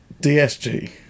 DSG